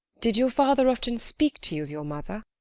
did your father often speak to you of your mother?